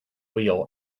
wheel